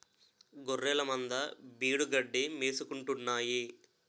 గొఱ్ఱెలమంద బీడుగడ్డి మేసుకుంటాన్నాయి